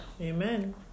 Amen